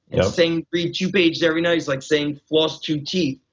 you know saying read two pages every night is like saying floss two teeth.